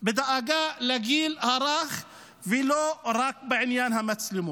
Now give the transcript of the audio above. ודאגה לגיל הרך, ולא רק בעניין המצלמות.